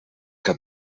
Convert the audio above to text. que